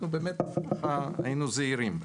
אנחנו באמת היינו זהירים.